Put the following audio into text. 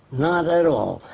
not at all.